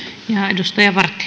arvoisa